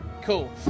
cool